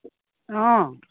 অঁ